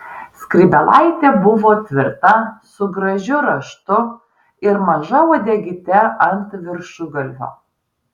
skrybėlaitė buvo tvirta su gražiu raštu ir maža uodegyte ant viršugalvio